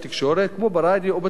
כמו ברדיו או בטלוויזיה.